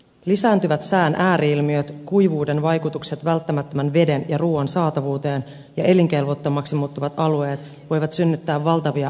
lisääntyvät sään ääri ilmiöt kuivuuden vaikutukset välttämättömän veden ja ruuan saatavuuteen ja elinkelvottomaksi muuttuvat alueet voivat synnyttää valtavia ympäristöpakolaisvirtoja